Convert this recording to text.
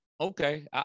Okay